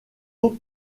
eaux